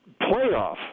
playoff